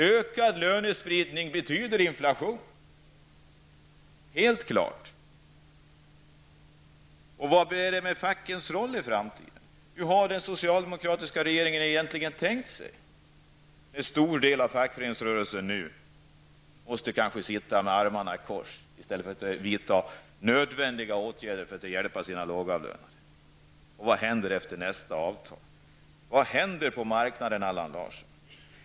Ökad lönespridning betyder nämligen helt klart inflation. Hur blir det med fackens roll i framtiden? Hur har den socialdemokratiska regeringen egentligen tänkt sig den? En stor del av fackföreningsrörelsen måste kanske sitta med armarna i kors i stället för att vidta nödvändiga åtgärder för att hjälpa sina lågavlönade. Vad händer efter nästa avtal? Vad händer på marknaden, Allan Larsson?